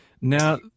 Now